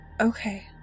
okay